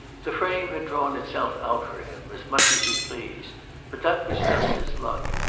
the frame had drawn itself out for him, as much as you please but that was just his luck.